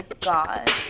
god